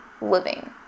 living